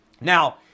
Now